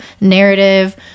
narrative